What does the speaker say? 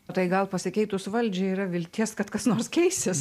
o tai gal pasikeitus valdžiai yra vilties kad kas nors keisis